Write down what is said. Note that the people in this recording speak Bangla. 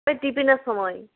ওই টিফিনের সময়